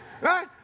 Right